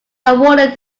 awarded